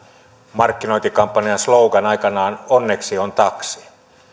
markkinointikampanjan slogan aikanaan onneksi on taksi